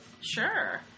Sure